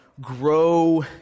grow